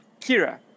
Kira